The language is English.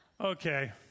Okay